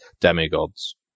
demigods